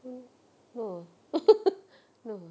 mm no ah no ah